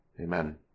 Amen